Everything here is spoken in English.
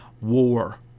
war